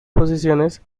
posiciones